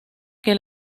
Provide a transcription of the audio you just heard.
que